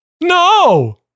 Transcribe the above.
No